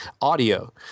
audio